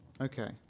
Okay